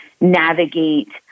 navigate